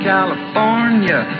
California